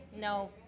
No